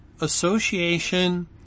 association